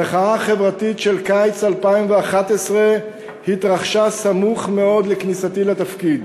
המחאה החברתית של קיץ 2011 התרחשה סמוך מאוד לכניסתי לתפקיד.